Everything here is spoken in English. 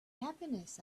happiness